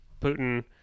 Putin